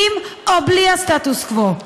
עם או בלי הסטטוס קוו.